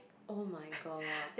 oh-my-god